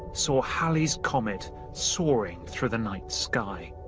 saw halley's comet soaring through the night sky.